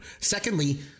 Secondly